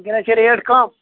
وٕنۍکیٚنَس چھِ ریٹ کَم